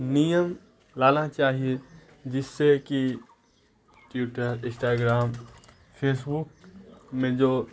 نیم لانا چاہیے جس سے کہ ٹیوٹر انسٹاگرام فیس بوک میں جو